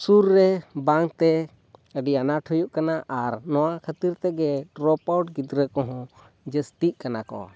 ᱥᱩᱨ ᱨᱮ ᱵᱟᱝ ᱛᱮ ᱟᱹᱰᱤ ᱟᱱᱟᱴ ᱦᱩᱭᱩᱜ ᱠᱟᱱᱟ ᱟᱨ ᱱᱚᱣᱟ ᱠᱷᱟᱹᱛᱤᱨ ᱛᱮᱜᱮ ᱰᱨᱚᱯ ᱟᱣᱩᱴ ᱜᱤᱫᱽᱨᱟᱹ ᱠᱚᱦᱚᱸ ᱡᱟᱹᱥᱛᱤᱜ ᱠᱟᱱᱟ ᱠᱚ